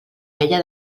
vella